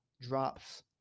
drops